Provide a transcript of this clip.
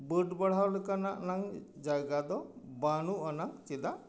ᱵᱟᱹᱰ ᱵᱟᱲᱦᱟᱣ ᱞᱮᱠᱟᱱᱟᱜ ᱱᱟᱝ ᱡᱟᱭᱜᱟ ᱫᱚ ᱵᱟᱹᱱᱩᱜ ᱟᱱᱟ ᱪᱮᱫᱟᱜ